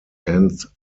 end